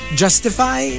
justify